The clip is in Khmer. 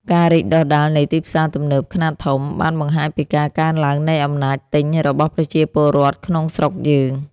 ការរីកដុះដាលនៃផ្សារទំនើបខ្នាតធំបានបង្ហាញពីការកើនឡើងនៃអំណាចទិញរបស់ប្រជាពលរដ្ឋក្នុងស្រុកយើង។